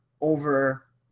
over